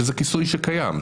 שזה כיסוי שקיים.